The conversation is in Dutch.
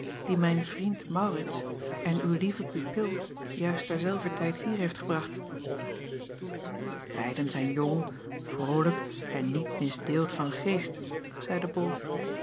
die mijn vriend aurits en uw lieve pupil juist ter zelver tijd hier heeft gebracht eiden zijn jong vrolijk en niet misdeeld van geest zeide ol